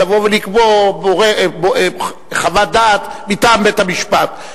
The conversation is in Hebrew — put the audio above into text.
לבוא ולקבוע חוות דעת מטעם בית-המשפט,